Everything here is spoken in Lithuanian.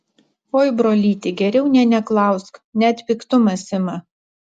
oi brolyti geriau nė neklausk net piktumas ima